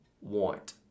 want